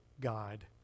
God